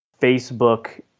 Facebook